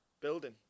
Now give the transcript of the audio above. building